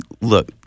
look